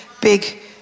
big